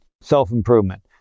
self-improvement